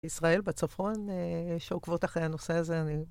ישראל בצפון, שעוקבות אחרי הנושא הזה, אני...